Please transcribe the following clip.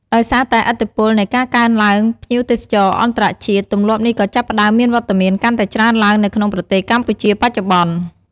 ដោយសារតែឥទ្ធិពលនៃការកើនឡើងភ្ញៀវទេសចរអន្តរជាតិ ទម្លាប់នេះក៏ចាប់ផ្តើមមានវត្តមានកាន់តែច្រើនឡើងនៅក្នុងប្រទេសកម្ពុជាបច្ចុប្បន្ន។